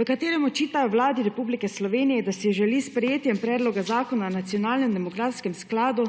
v katerem očitajo Vladi Republike Slovenije, da si želi s sprejetjem predloga zakona o nacionalnem demografskem skladu